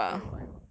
all in bio ah